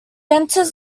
enters